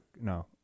No